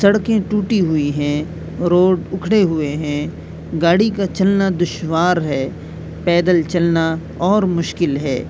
سڑکیں ٹوٹی ہوئی ہیں روڈ اکھڑے ہوئے ہیں گاڑی کا چلنا دشوار ہے پیدل چلنا اور مشکل ہے